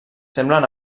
semblen